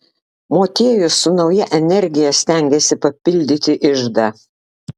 motiejus su nauja energija stengėsi papildyti iždą